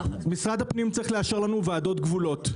משרד הפנים צריך לאשר לנו ועדות גבולות,